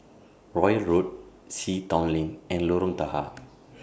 Royal Road Sea Town Lane and Lorong Tahar